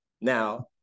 Now